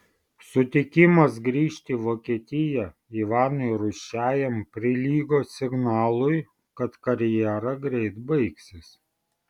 sutikimas grįžti į vokietiją ivanui rūsčiajam prilygo signalui kad karjera greit baigsis